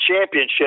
Championship